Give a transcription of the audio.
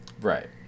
Right